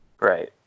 Right